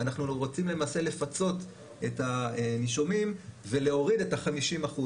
אנחנו רוצים למעשה לפצות את הנישומים ולהוריד את ה-50%,